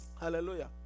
Hallelujah